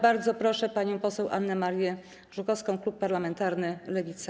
Bardzo proszę panią poseł Annę Marię Żukowską, klub parlamentarny Lewica.